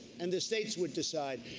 and the states would decide.